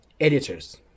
editors